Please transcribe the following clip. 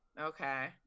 okay